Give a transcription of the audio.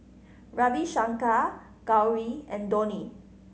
Ravi Shankar Gauri and Dhoni